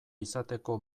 izateko